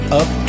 up